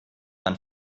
man